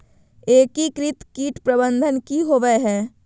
एकीकृत कीट प्रबंधन की होवय हैय?